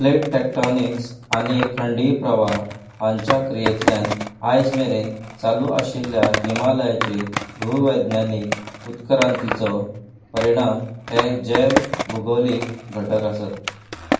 plate tectonics आनी खंडीय प्रवाह हांच्या क्रियेंतल्यान आयज मेरेन चालू आशिल्ल्या हिमालयाचे भुवैज्ञानीक उत्क्रांतीचो परिणाम हे जैव भूगोलीक घटक आसात